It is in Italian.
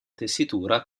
tessitura